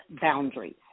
boundaries